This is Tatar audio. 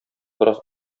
бераз